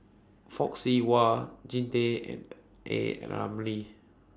Fock Siew Wah Jean Tay and A Ramli